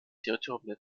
territorium